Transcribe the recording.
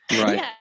Right